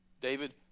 David